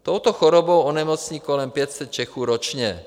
Touto chorobou onemocní kolem 500 Čechů ročně.